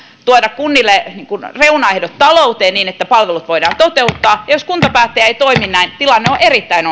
tuoda kunnille reunaehdot talouteen niin että palvelut voidaan toteuttaa jos kuntapäättäjä ei toimi näin tilanne on erittäin